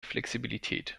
flexibilität